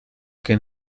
que